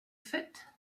faite